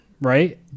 Right